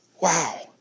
wow